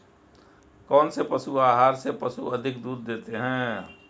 कौनसे पशु आहार से पशु अधिक दूध देते हैं?